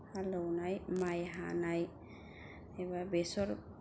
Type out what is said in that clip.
हालेवनाय माइ हानाय एबा बेसर